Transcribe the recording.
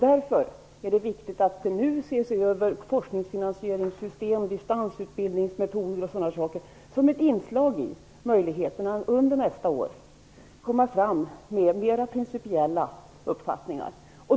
Därför är det viktigt att man nu ser över forskningsfinansieringssystem, distansutbildningsmetoder o.d. för att man under nästa år skall kunna komma fram med mera principiella uppfattningar.